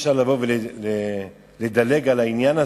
אי-אפשר לבוא ולדלג על העניין הזה,